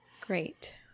great